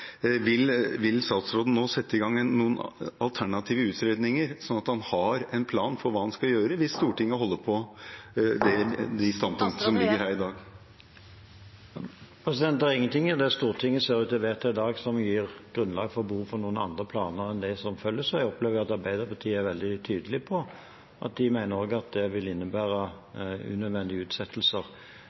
Vil statsråden nå sette i gang noen alternative utredninger sånn at han har en plan for hva han skal gjøre hvis Stortinget holder på de standpunktene som ligger her i dag? Det er ingen ting av det Stortinget ser ut til å vedta i dag, som gir grunnlag og behov for noen andre planer enn det som følges. Jeg opplever at Arbeiderpartiet er veldig tydelig på at de også mener det vil innebære unødvendige utsettelser.